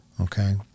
Okay